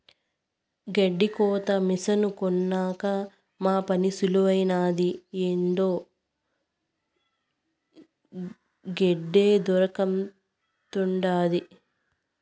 గెడ్డి కోత మిసను కొన్నాక మా పని సులువైనాది ఎండు గెడ్డే దొరకతండాది